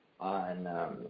on